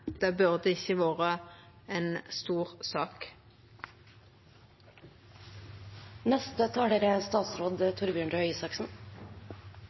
Det burde ikkje vore ei stor